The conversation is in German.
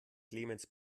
clemens